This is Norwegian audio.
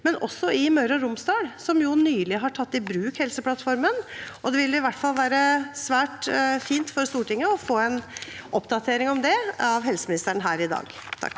og også i Møre og Romsdal, som nylig har tatt i bruk Helseplattformen. Det vil i hvert fall være svært fint for Stortinget å få en oppdatering om det av helseministeren her i dag.